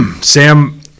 Sam